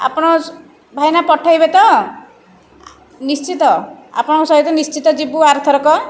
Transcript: ଆପଣ ଭାଇନା ପଠେଇବେ ତ ନିଶ୍ଚିତ ଆପଣଙ୍କ ସହିତ ନିଶ୍ଚିତ ଯିବୁ ଆରଥରକ